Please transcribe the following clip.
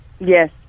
Yes